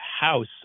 House